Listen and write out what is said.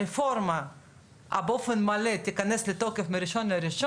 הרפורמה באופן מלא תיכנס לתוקף מ-1.1